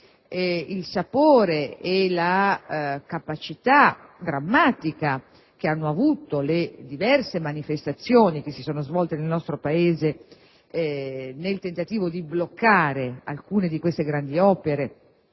il sapore e la capacità drammatica che hanno avuto le diverse manifestazioni che si sono svolte nel nostro Paese nel tentativo di bloccare alcune di queste grandi opere.